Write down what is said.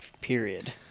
period